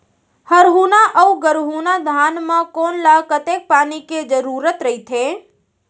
हरहुना अऊ गरहुना धान म कोन ला कतेक पानी के जरूरत रहिथे?